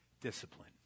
Discipline